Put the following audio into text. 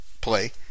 play